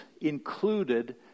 included